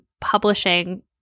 publishing